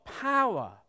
Power